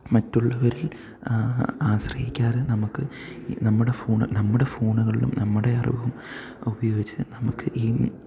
മറ്റുള്ളവരിൽ ആശ്രയിക്കാതെ നമുക്ക് നമ്മുടെ ഫോണ് നമ്മുടെ ഫോണുകളിലും നമ്മുടെ അറിവും ഉപയോഗിച്ച് നമുക്ക് ഈ